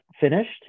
finished